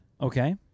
Okay